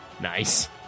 Nice